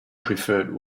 preferred